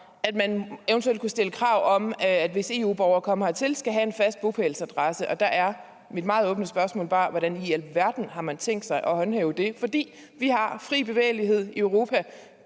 at man eventuelt kunne stille krav om, at hvis EU-borgere kommer hertil, skal de have en fast bopælsadresse, og der er mit meget åbne spørgsmål bare: Hvordan i alverden har man tænkt sig at håndhæve det? For vi har fri bevægelighed i Europa.